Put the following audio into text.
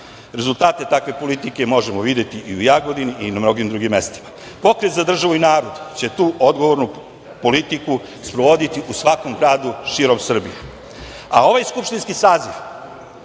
Rezultate takve politike možemo videti i u Jagodini, i na mnogim drugim mestima. Pokret za državu i narod, će tu odgovornu politiku sprovoditi u svakom gradu širom Srbije,